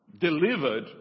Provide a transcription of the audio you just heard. delivered